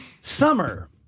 Summer